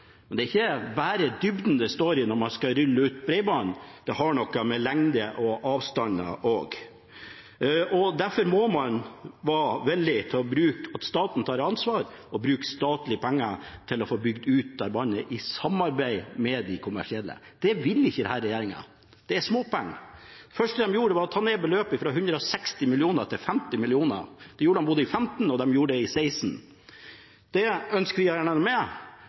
det er ikke bare dybden det står om når man skal rulle ut bredbånd, det har noe med lengde og avstander å gjøre også. Derfor må man være villig til at staten tar ansvar og bruker statlige penger til å få bygd ut bredbånd i samarbeid med de kommersielle. Det vil ikke denne regjeringen. Det er småpenger. Det første de gjorde var å ta ned beløpet fra 160 mill. til 50 mill. kr. Det gjorde de i både 2015 og 2016. Det ønsker vi å gjøre noe med,